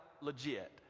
legit